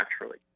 naturally